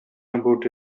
about